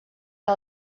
que